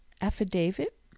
affidavit